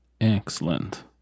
Excellent